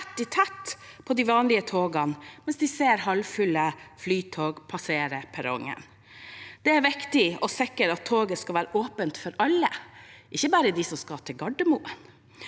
tett i tett på de vanlige togene mens de ser halvfulle flytog passere perrongen. Det er viktig å sikre at toget skal være åpent for alle, ikke bare dem som skal til Gardermoen.